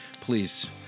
please